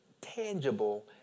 tangible